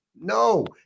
No